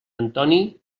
antoni